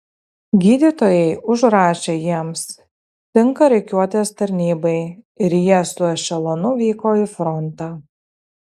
gydytojai užrašė jiems tinka rikiuotės tarnybai ir jie su ešelonu vyko į frontą